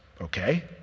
Okay